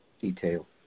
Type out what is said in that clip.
detail